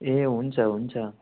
ए हुन्छ हुन्छ